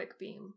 Quickbeam